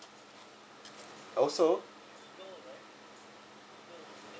also